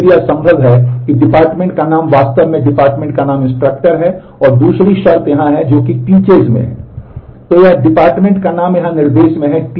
तो यह डिपार्टमेंट में है